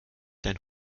dein